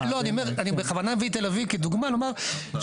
אני בכוונה מביא את תל אביב כדוגמה לומר שזה